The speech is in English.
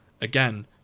again